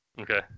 Okay